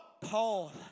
Paul